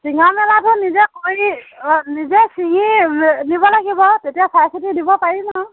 ছিঙা মেলাটো নিজে কৰি অ' নিজে ছিঙি নিব লাগিব তেতিয়া চাই চিতি দিব পাৰিম আৰু